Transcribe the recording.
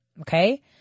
Okay